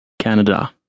Canada